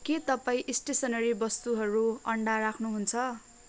के तपाईँ स्टेसनरी वस्तुहरू अन्डा राख्नुहुन्छ